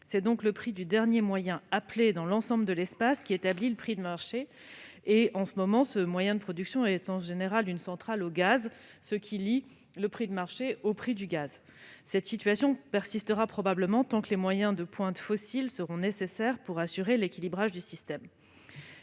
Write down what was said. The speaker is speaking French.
c'est donc le prix du dernier moyen de production appelé dans l'ensemble de l'espace qui établit le prix du marché. En ce moment, il s'agit en général d'une centrale au gaz, ce qui lie le prix de marché de l'électricité au prix du gaz. Cette situation persistera probablement tant que les moyens de pointe fossiles seront nécessaires pour assurer l'équilibrage du système.